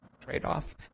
trade-off